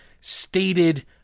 stated